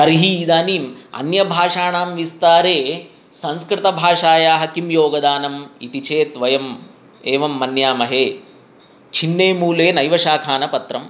तर्हि इदानीम् अन्यभाषाणां विस्तारे संस्कृतभाषायाः किं योगदानम् इति चेत् वयं एवं मन्यामहे छिन्ने मूले नैव शाखा न पत्रं